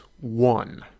one